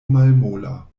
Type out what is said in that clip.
malmola